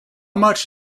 much